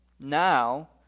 Now